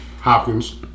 Hopkins